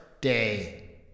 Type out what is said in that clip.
day